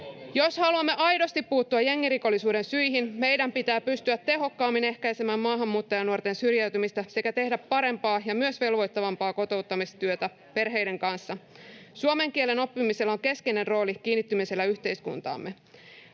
Jos haluamme aidosti puuttua jengirikollisuuden syihin, meidän pitää pystyä tehokkaammin ehkäisemään maahanmuuttajanuorten syrjäytymistä sekä tehdä parempaa ja myös velvoittavampaa kotouttamistyötä perheiden kanssa. Suomen kielen oppimisella on keskeinen rooli kiinnittymisellä yhteiskuntaamme.